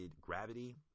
Gravity